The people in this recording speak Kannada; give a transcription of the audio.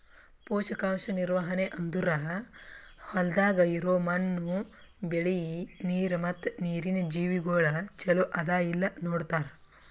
ಪೋಷಕಾಂಶ ನಿರ್ವಹಣೆ ಅಂದುರ್ ಹೊಲ್ದಾಗ್ ಇರೋ ಮಣ್ಣು, ಬೆಳಿ, ನೀರ ಮತ್ತ ನೀರಿನ ಜೀವಿಗೊಳ್ ಚಲೋ ಅದಾ ಇಲ್ಲಾ ನೋಡತಾರ್